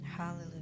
hallelujah